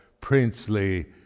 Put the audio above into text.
princely